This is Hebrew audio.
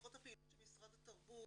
לפחות הפעילות של משרד התרבות,